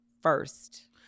first